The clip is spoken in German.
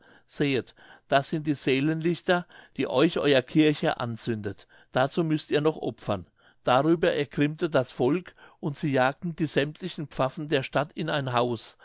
sehet das sind die seelenlichter die euch euer kirchherr anzündet dazu müßt ihr noch opfern darüber ergrimmte das volk und sie jagten die sämmtlichen pfaffen der stadt in ein haus